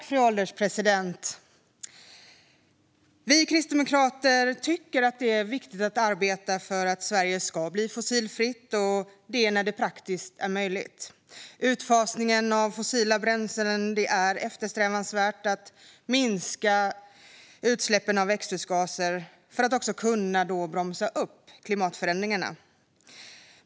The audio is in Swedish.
Fru ålderspresident! Vi kristdemokrater tycker att det är viktigt att arbeta för att Sverige ska bli fossilfritt när det är praktiskt möjligt. Utfasningen av fossila bränslen är eftersträvansvärt och vidare att minska utsläppen av växthusgaser för att bromsa klimatförändringarna.